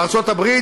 בארצות-הברית,